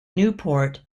newport